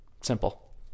simple